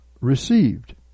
received